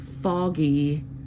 foggy